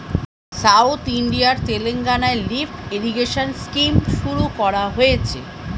south ইন্ডিয়ার তেলেঙ্গানায় lift irrigation scheme শুরু করা হয়েছে